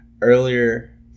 earlier